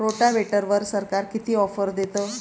रोटावेटरवर सरकार किती ऑफर देतं?